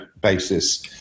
basis